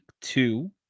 two